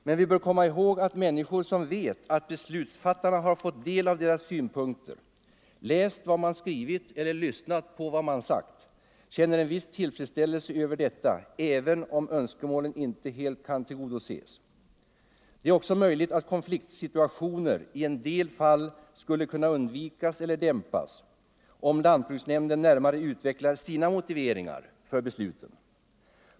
Men vi bör komma ihåg att människor som vet att beslutsfattarna har fått del av deras synpunkter — läst vad man skrivit eller lyssnat på vad man sagt — känner en viss tillfredsställelse över detta även om önskemålen inte helt kunnat tillgodoses. Det är också möjligt att konfliktsituationer i en del fall skulle kunna undvikas eller dämpas, om lantbruksnämnden närmare utvecklar sina motiveringar för besluten.